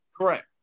Correct